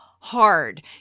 Hard